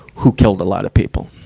who killed a lot of people.